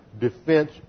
defense